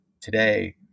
today